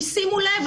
שימו לב,